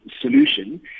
solution